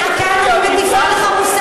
אני צריך להטיף לך.